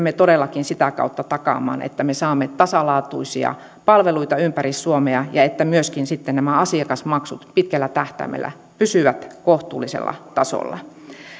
me todellakin sitä kautta takaamaan että me saamme tasalaatuisia palveluita ympäri suomea ja että myöskin sitten nämä asiakasmaksut pitkällä tähtäimellä pysyvät kohtuullisella tasolla